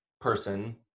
person